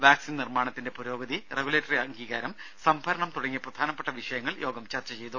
vaccine നിർമ്മാണത്തിന്റെ പുരോഗതി regulatory അംഗീകാരം സംഭരണം തുടങ്ങിയ പ്രധാനപ്പെട്ട വിഷയങ്ങൾ യോഗം ചർച്ച ചെയ്തു